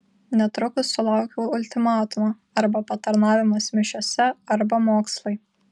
netrukus sulaukiau ultimatumo arba patarnavimas mišiose arba mokslai